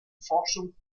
forschung